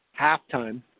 halftime